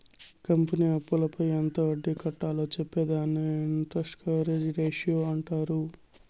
company అప్పులపై ఎంత వడ్డీ కట్టాలో చెప్పే దానిని ఇంటరెస్ట్ కవరేజ్ రేషియో అంటారు